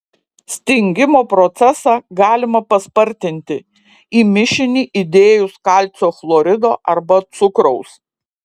stingimo procesą galima paspartinti į mišinį įdėjus kalcio chlorido arba cukraus